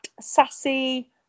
Sassy